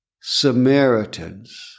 Samaritans